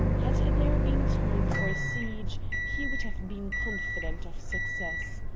had there been time for a siege, he would have been confident of success.